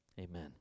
amen